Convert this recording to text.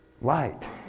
light